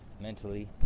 mentally